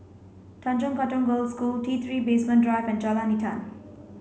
Tanjong Katong Girls' School T three Basement Drive and Jalan Intan